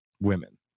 women